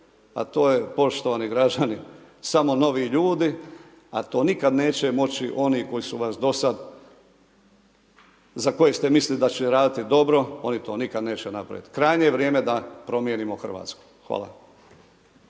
a to je poštovani građani, samo novi ljudi, a to nikad neće moći oni koji su vas do sad, za koje ste mislili da će raditi dobro, oni to nikad neće napraviti. Krajnje je vrijeme da promjenimo Hrvatsku. Hvala.